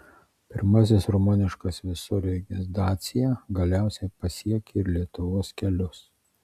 pirmasis rumuniškas visureigis dacia galiausiai pasiekė ir lietuvos kelius